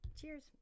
cheers